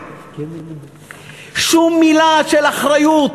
שום מילה של אחריות,